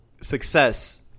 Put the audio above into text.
success